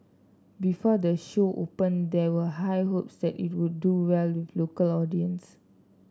before the show opened there were high hopes that it would do well with local audiences